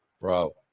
Bro